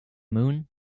moon